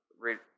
read